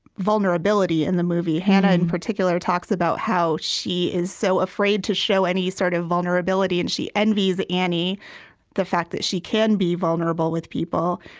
vulnerability in the movie. hannah, in particular, talks about how she is so afraid to show any sort of vulnerability, and she envies annie the fact that she can be vulnerable with people,